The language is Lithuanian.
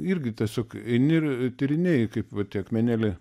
irgi tiesiog eini ir tyrinėji kaip vat tie akmenėliai